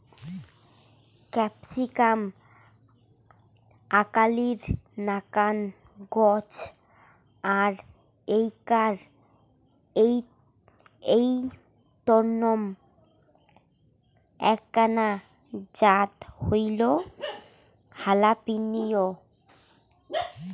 capsicum আকালির নাকান গছ আর ইঞার অইন্যতম এ্যাকনা জাত হইল হালাপিনিও